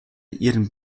ihren